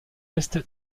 est